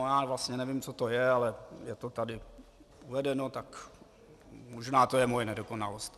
Já vlastně nevím, co to je, ale je to tady uvedeno, tak možná to je moje nedokonalost.